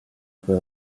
peu